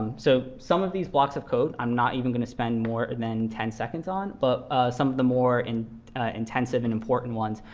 so some these blocks of code, i'm not even going to spend more than ten seconds on. but some of the more and intensive and important ones,